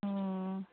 ꯑꯣ